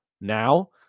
now